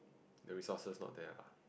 the resources not there lah